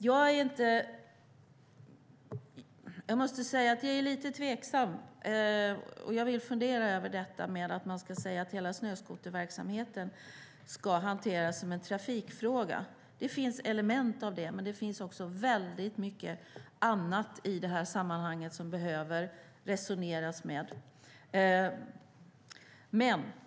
Jag måste säga att jag är lite tveksam till detta att hela snöskoterverksamheten ska hanteras som en trafikfråga. Det finns inslag av det, men det finns väldigt mycket annat i det här sammanhanget som man behöver resonera om.